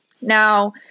Now